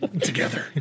Together